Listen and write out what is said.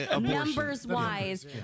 numbers-wise